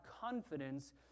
confidence